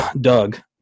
doug